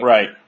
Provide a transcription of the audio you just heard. Right